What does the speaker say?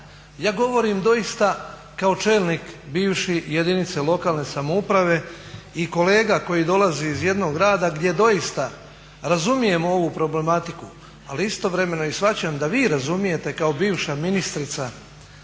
Ja govorim doista kao čelnik bivši jedinice lokalne samouprave i kolega koji dolazi iz jednog grada gdje doista razumijem ovu problematiku, ali istovremeno i shvaćam da i vi razumijete kao bivša ministrica